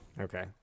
Okay